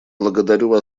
благодарю